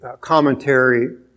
commentary